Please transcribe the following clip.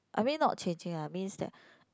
I mean not changing uh means that